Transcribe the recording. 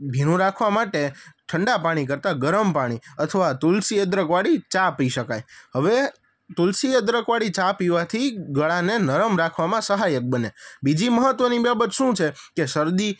ભીનું રાખવા માટે ઠંડા પાણી કરતાં ગરમ પાણી અથવા તુલસી અદરખવાળી ચા પી શકાય હવે તુલસી અદરખવાળી ચા પીવાથી ગળાને નરમ રાખવામાં સહાયક બને બીજી મહત્ત્વની બાબત શું છે કે શરદી